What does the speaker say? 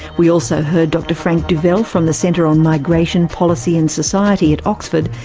we also heard dr franck duvell from the centre on migration, policy and society at oxford,